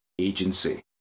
agency